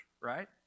right